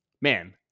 man